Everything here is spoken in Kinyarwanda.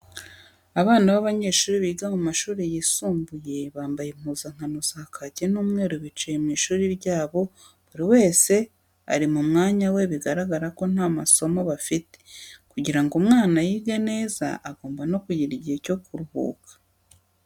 Abana b'abanyeshuri biga mu mashuri yisumbuye bambaye impuzankano za kaki n'umweru bicaye mu ishuri ryabo buri wese ari mu mwanya we biragaragara ko nta masomo bafite, kugira ngo umwana yige neza agomba no kugira igihe cyo kuruhuka.